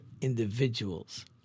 individuals